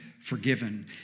forgiven